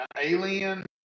alien